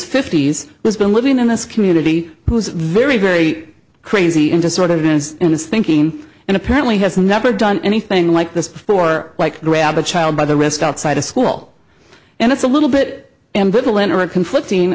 fifty's who has been living in this community who's very very crazy into sort of in his thinking and apparently has never done anything like this before like grab a child by the rest outside of school and it's a little bit ambivalent or a conflicting